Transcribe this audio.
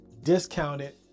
discounted